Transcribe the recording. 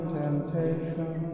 temptation